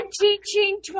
teaching